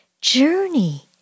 journey